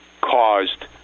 caused